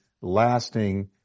lasting